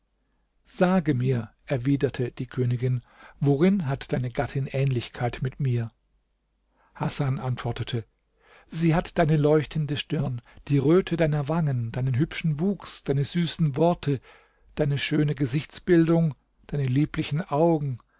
sage mir erwiderte die königin worin hat deine gattin ähnlichkeit mit mir hasan antwortete sie hat deine leuchtende stirn die röte deiner wangen deinen hübschen wuchs deine süßen worte deine schöne gesichtsbildung deine lieblichen augen